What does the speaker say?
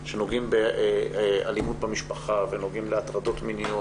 שנוגעים באלימות במשפחה ונוגעים להטרדות מיניות